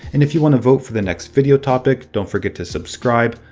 and if you want to vote for the next video topic, don't forget to subscribe.